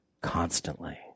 constantly